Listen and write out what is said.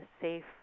safe